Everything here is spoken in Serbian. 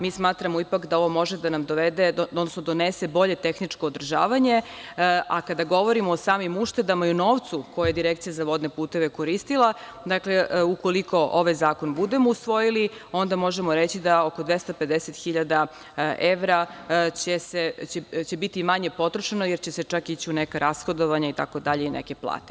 Mi smatramo da ovo ipak može da nam donese bolje tehničko održavanje, a kada govorimo o samim uštedama i o novcu koji Direkcija za vodne puteve je koristila, dakle, ukoliko ovaj zakon budemo usvojili onda možemo reći da oko 250 hiljada evra, da će biti manje potrošeno jer će se ići u neka rashodovana i neke plate.